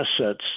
assets